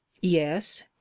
Yes